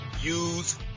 use